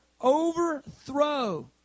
overthrow